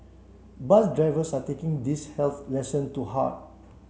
bus drivers are taking these health lesson to heart